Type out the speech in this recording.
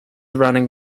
running